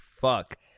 fuck